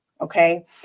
okay